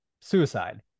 suicide